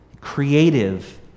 creative